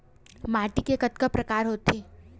माटी के कतका प्रकार होथे?